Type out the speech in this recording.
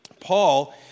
Paul